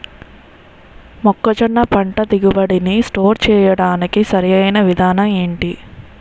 మొక్కజొన్న పంట దిగుబడి నీ స్టోర్ చేయడానికి సరియైన విధానం ఎంటి?